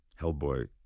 Hellboy